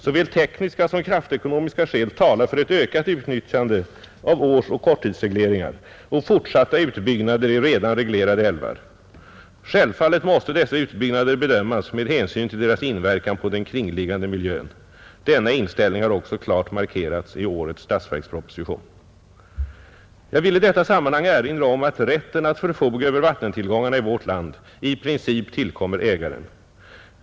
Såväl tekniska som kraftekonomiska skäl talar för ett ökat utnyttjande av årsoch korttidsregleringar och fortsatta utbyggnader i redan reglerade älvar. Självfallet måste dessa utbyggnader bedömas med hänsyn till deras inverkan på den kringliggande miljön. Denna inställning har också klart markerats i årets statsverksproposition. Jag vill i detta sammanhang erinra om att rätten att förfoga över vattentillgångarna i vårt land i princip tillkommer ägaren.